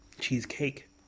Cheesecake